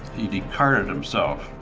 he decarded himself.